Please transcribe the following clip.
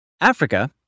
Africa